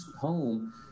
home